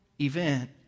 event